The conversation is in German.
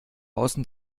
außen